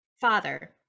father